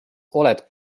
oled